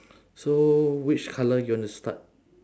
so which colour you want to start